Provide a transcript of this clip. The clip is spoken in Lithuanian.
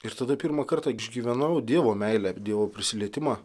ir tada pirmą kartą išgyvenau dievo meilę dievo prisilietimą